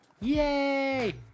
yay